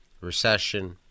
recession